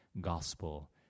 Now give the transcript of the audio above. gospel